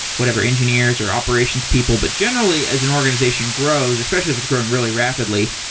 whatever, engineers or operations people. but, generally, as an organization grows, especially if it's growing really rapidly,